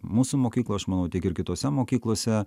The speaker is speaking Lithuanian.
mūsų mokykloj aš manau tiek ir kitose mokyklose